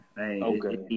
Okay